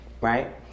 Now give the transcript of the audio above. Right